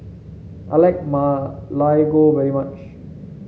I like Ma Lai Gao very much